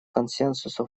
консенсусу